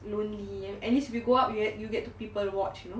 lonely at least we go out where you'll get to people watch you know